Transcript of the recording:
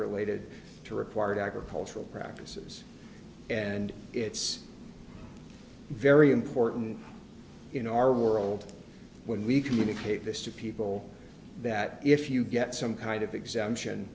related to required agricultural practices and it's very important in our world when we communicate this to people that if you get some kind of exemption